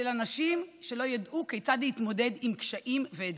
של אנשים שלא ידעו כיצד להתמודד עם קשיים ואתגרים.